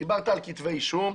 דיברת על כתבי אישום.